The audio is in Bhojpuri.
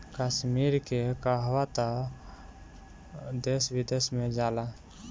कश्मीर के कहवा तअ देश विदेश में जाला